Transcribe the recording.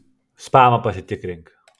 spamą pasitikrink